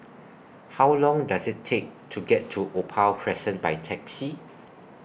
How Long Does IT Take to get to Opal Crescent By Taxi